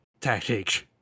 tactics